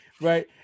Right